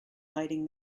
lighting